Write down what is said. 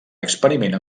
experiment